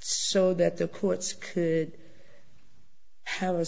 so that the courts could have a